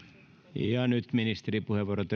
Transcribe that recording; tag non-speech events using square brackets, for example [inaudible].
ja nyt ministeripuheenvuorot [unintelligible]